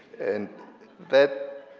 and that